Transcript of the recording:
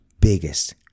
biggest